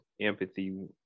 empathy